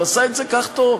הוא עשה את זה כל כך טוב.